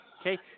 Okay